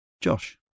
Josh